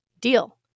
deal